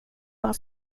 vad